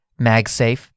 MagSafe